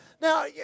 Now